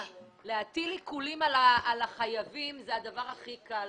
להטיל עיקולים על החייבים זה הדבר הכי קל.